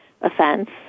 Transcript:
offense